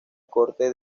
corte